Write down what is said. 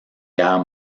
guerre